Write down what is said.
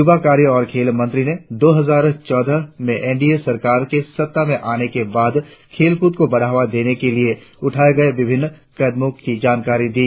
युवा कार्य और खेल मंत्री ने दो हजार चौदह में एन डी ए सरकार के सत्ता में आने के बाद खेलकूद को बढ़ावा देने के लिए उठाये गये विभिन्न कदमों की जानकारी दी